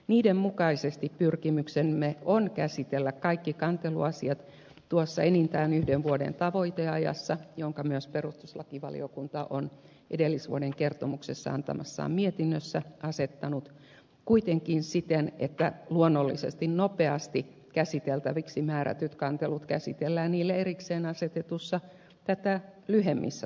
niiden mukaisesti pyrkimyksemme on käsitellä kaikki kanteluasiat enintään yhden vuoden tavoiteajassa jonka myös perustuslakivaliokunta on edellisvuoden kertomuksesta antamassaan mietinnössä asettanut kuitenkin siten että nopeasti käsiteltäviksi määrätyt kantelut käsitellään luonnollisesti niille erikseen asetetuissa tätä lyhyemmissä tavoiteajoissa